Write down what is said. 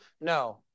No